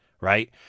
right